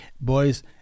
boys